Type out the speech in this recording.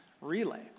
relay